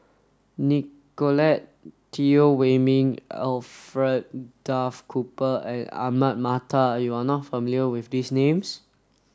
Nicolette Teo Wei min Alfred Duff Cooper and Ahmad Mattar you are not familiar with these names